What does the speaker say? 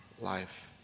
life